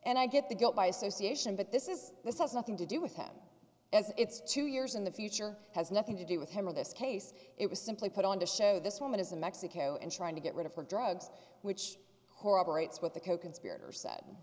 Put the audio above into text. and i get the guilt by association but this is this has nothing to do with him and it's two years in the future has nothing to do with him or this case it was simply put on to show this woman is in mexico and trying to get rid of her drugs which horrible rates with the coconspirator said